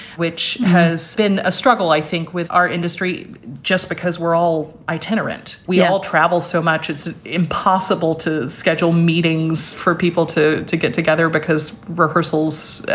which has been a struggle, i think, with our industry. just because we're all itinerant, we all travel so much, it's impossible to schedule meetings for people to to get together because rehearsals,